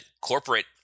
corporate –